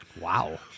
Wow